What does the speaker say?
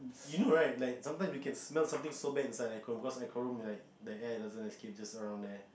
you know right like sometimes you can smell something so bad inside air con room because air con room like the air doesn't escape the surround air